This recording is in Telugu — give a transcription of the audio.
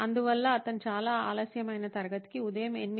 అందువల్ల అతను చాలా ఆలస్యం అయిన తరగతికి ఉదయం 8